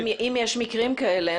אם יש מקרים כאלה,